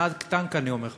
כנהג טנק אני אומר לך,